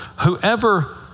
whoever